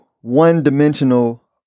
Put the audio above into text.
one-dimensional